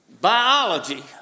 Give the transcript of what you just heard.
biology